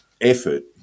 effort